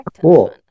Cool